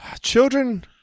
children